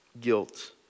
guilt